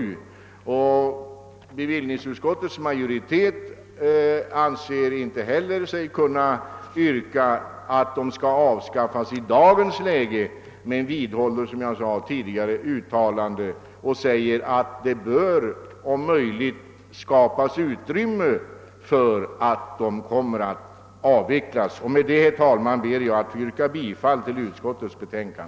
Bevillningsutskottets majoritet anser sig inte heller kunna föreslå att dessa skatter avskaffas i dagens läge men framhåller som sagt, att det bör skapas utrymme för en avveckling av dem. Herr talman! Med det sagda ber jag att få yrka bifall till utskottets hemställan.